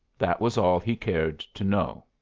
that was all he cared to know.